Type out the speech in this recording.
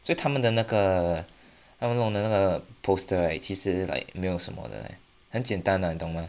所以他们的那个那们弄的那个 poster 其实 like 没有什么的很简单的你懂吗